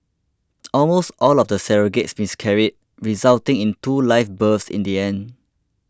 almost all of the surrogates miscarried resulting in two live births in the end